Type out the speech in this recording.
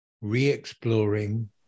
re-exploring